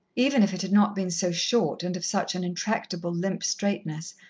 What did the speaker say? even if it had not been so short and of such an intractable, limp straightness.